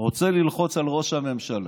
רוצה ללחוץ על ראש הממשלה.